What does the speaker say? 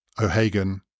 O'Hagan